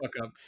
up